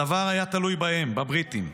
הדבר היה תלוי בהם, בבריטים,